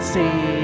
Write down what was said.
see